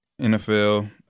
NFL